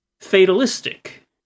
fatalistic